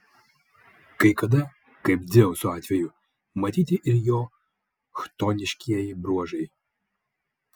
kai kada kaip dzeuso atveju matyti ir jo chtoniškieji bruožai